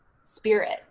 spirit